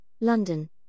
London